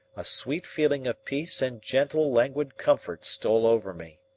a sweet feeling of peace and gentle, languid comfort stole over me.